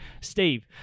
Steve